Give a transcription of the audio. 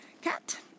cat